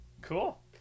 Cool